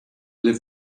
live